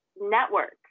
network